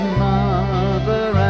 mother